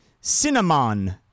Cinnamon